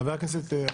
חבר הכנסת אזולאי,